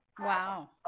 Wow